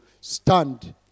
stand